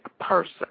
person